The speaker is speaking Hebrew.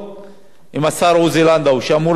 עוזי לנדאו שאמור לענות על ההצעה היום.